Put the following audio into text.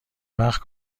وقت